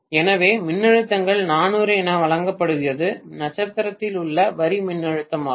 எனவே மின்னழுத்தங்கள் 400 என வழங்கப்படுவது நட்சத்திரத்தில் உள்ள வரி மின்னழுத்தமாகும்